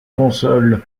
console